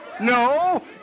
no